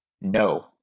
No